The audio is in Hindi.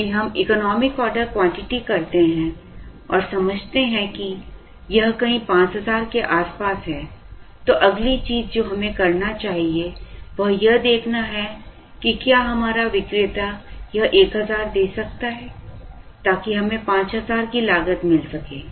यदि हम इकोनॉमिक ऑर्डर क्वांटिटी करते हैं और समझते हैं कि यह कहीं 5000 के आस पास है तो अगली चीज़ जो हमें करना चाहिए वह यह देखना है कि क्या हमारा विक्रेता यह 1000 दे सकता है ताकि हमें 5000 की लागत मिल सके